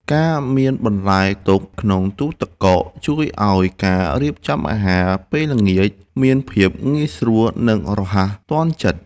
ការមានបន្លែទុកក្នុងទូទឹកកកជួយឱ្យការរៀបចំអាហារពេលល្ងាចមានភាពងាយស្រួល និងរហ័សទាន់ចិត្ត។